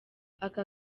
aka